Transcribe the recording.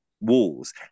walls